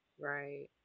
Right